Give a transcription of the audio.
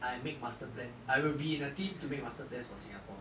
I make master plan I will be in a team to make master plans for singapore